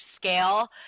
scale